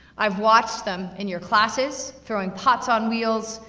i've watched them in your classes, throwing pots on wheels,